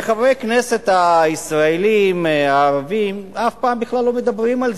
חברי הכנסת הישראלים הערבים אף פעם בכלל לא מדברים על זה.